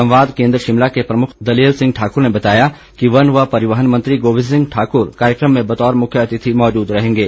संवाद केंद्र शिमला के प्रमुख दलेल सिंह ठाकुर ने बताया कि वन व परिवहन मंत्री गोविंद सिंह ठाकुर कार्यक्रम में बतौर मुख्य अतिथि मौजूद रहेंगे